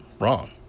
wrong